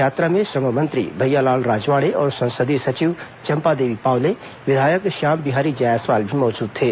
यात्रा रथ में श्रम मंत्री भैयालाल राजवाड़े और संसदीय सचिव चंपादेवी पावले विधायक श्याम बिहारी जायसवाल भी मौजूद थे